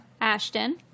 ashton